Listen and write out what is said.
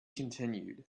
continued